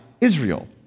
Israel